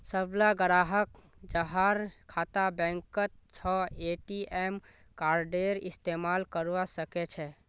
सबला ग्राहक जहार खाता बैंकत छ ए.टी.एम कार्डेर इस्तमाल करवा सके छे